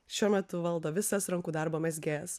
šiuo metu valdo visas rankų darbo mezgėjas